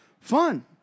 fun